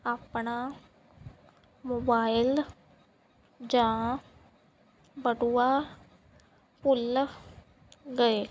ਆਪਣਾ ਮੋਬਾਇਲ ਜਾਂ ਬਟੂਆ ਭੁੱਲ ਗਏ